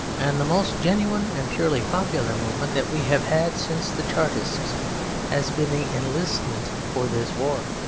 and the most genuine and purely popular movement that we have had since the chartists has been the enlistment for this war.